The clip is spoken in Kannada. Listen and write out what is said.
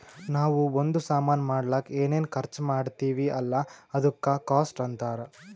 ನಾವೂ ಒಂದ್ ಸಾಮಾನ್ ಮಾಡ್ಲಕ್ ಏನೇನ್ ಖರ್ಚಾ ಮಾಡ್ತಿವಿ ಅಲ್ಲ ಅದುಕ್ಕ ಕಾಸ್ಟ್ ಅಂತಾರ್